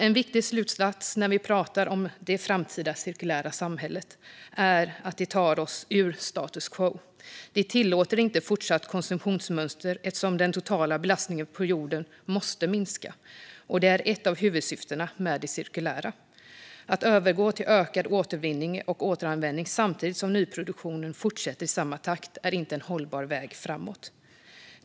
En viktig slutsats när vi pratar om det framtida cirkulära samhället är att det tar oss ur status quo. Det tillåter inte fortsatt konsumtionsmönster eftersom den totala belastningen på jorden måste minska, vilket är ett av huvudsyftena med det cirkulära. Att övergå till ökad återvinning och återanvändning samtidigt som nyproduktionen fortsätter i samma takt är inte en hållbar väg framåt.